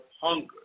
hunger